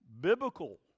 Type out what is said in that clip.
biblical